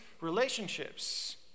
relationships